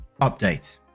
Update